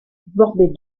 bordée